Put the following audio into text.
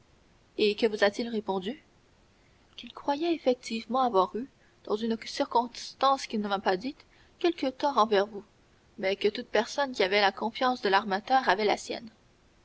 et que vous a-t-il répondu qu'il croyait effectivement avoir eu dans une circonstance qu'il ne m'a pas dite quelques torts envers vous mais que toute personne qui avait la confiance de l'armateur avait la sienne